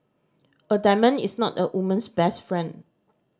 a diamond is not a woman's best friend